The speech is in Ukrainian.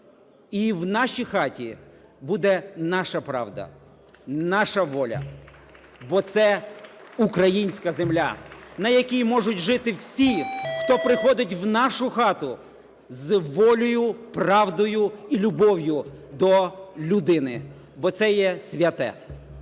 І в нашій хаті буде наша правда, наша воля, бо це українська земля, на якій можуть жити всі, хто приходить в нашу хату з волею, правдою і любов'ю до людини, бо це є святе.